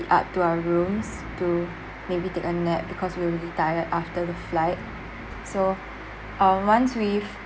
up to our rooms to maybe take a nap because we were really tired after the flight so once we